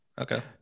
okay